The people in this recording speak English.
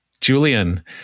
Julian